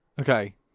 okay